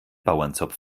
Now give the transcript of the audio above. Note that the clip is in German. bauernzopf